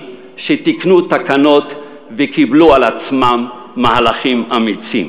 שתיקנו תקנות וקיבלו על עצמם מהלכים אמיצים,